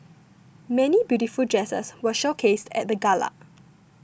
many beautiful dresses were showcased at the gala